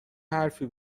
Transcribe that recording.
حرفی